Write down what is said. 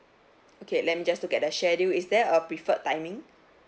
okay let me just look at the schedule is there a preferred timing